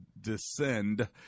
descend